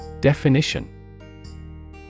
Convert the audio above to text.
Definition